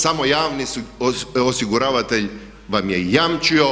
Samo javni osiguravatelj vam je jamčio